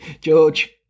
George